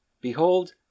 Behold